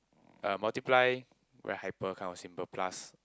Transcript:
uh multiply very hyper kind of simple plus